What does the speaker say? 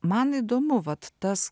man įdomu vat tas